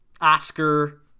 Oscar